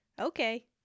okay